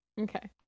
okay